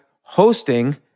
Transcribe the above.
hosting